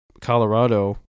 Colorado